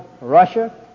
Russia